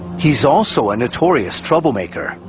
he's also a notorious troublemaker,